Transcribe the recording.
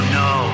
no